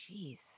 Jeez